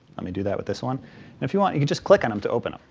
let me do that with this one. and if you want, you can just click on them to open ah